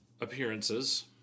appearances